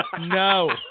No